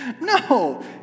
No